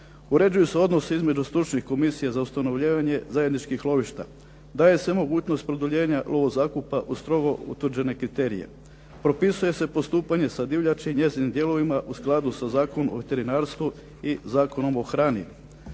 Uređuju se odnosi između stručnih komisija za ustanovljavanje zajedničkih lovišta. Daje se mogućnost produljenja lovo zakupa u strogo utvrđene kriterije. Propisuje se postupanje sa divljači, njezinim dijelovima u skladu sa Zakonom o veterinarstvu i Zakonom o hrani.